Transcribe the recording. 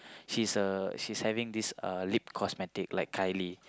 she's uh she's having this uh lip cosmetic like Kylie